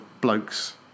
blokes